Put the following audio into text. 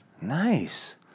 Nice